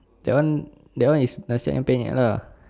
that one that one is nasi ayam penyet lah